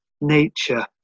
nature